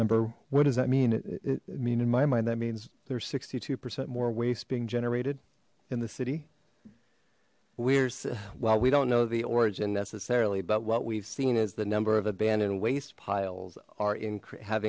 number what does that mean it mean in my mind that means there's sixty two percent more waste being generated in the city where's well we don't know the origin necessarily but what we've seen is the number of abandoned waste piles are in have